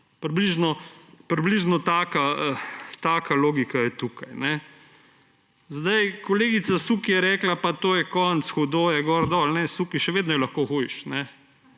Približno taka logika je tukaj. Kolegica Suk je rekla, pa to je konec, hudo je. Suk, še vedno je lahko hujše.